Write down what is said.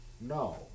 no